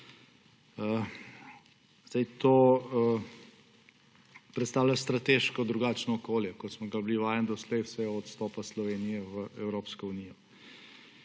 To predstavlja strateško drugačno okolje, kot smo ga bili vajeni doslej, vse od vstopa Slovenije v Evropsko unijo.